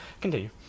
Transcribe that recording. Continue